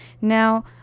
Now